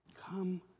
Come